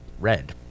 red